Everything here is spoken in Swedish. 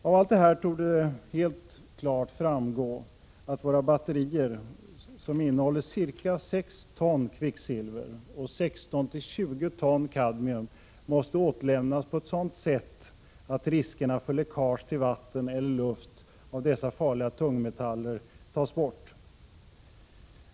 Av allt detta torde klart framgå att våra batterier som innehåller ca 6 ton kvicksilver och 16—20 ton kadmium måste återlämnas på ett sådant sätt, att riskerna för läckage till vatten eller luft av dessa farliga tungmetaller avlägsnas.